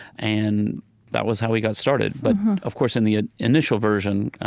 and that was how we got started. but of course, in the ah initial version,